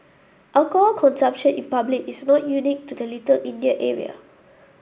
alcohol consumption in public is not unique to the Little India area